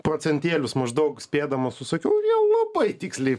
procentėlius maždaug spėdamas susakiau ir jau labai tiksliai